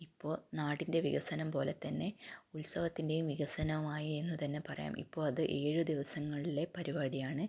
ഇപ്പോൾ നാടിൻ്റെ വികസനം പോലെ തന്നെ ഉത്സവത്തിൻ്റെയും വികസനവുമായി എന്ന് തന്നെ പറയാം ഇപ്പോൾ അത് ഏഴ് ദിവസങ്ങളിലെ പരിപാടിയാണ്